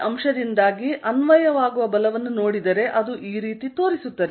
ಈ ಅಂಶದಿಂದಾಗಿ ಅನ್ವಯವಾಗುವ ಬಲವನ್ನು ನೋಡಿದರೆ ಅದು ಈ ರೀತಿ ತೋರಿಸುತ್ತದೆ